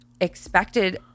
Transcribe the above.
expected